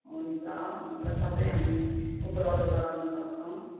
हुन्छ हुन्छ सबै हामी उपलब्ध गराउन सक्छौँ